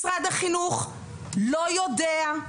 משרד החינוך לא יודע,